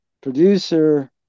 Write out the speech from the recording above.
producer